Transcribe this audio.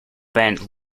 bent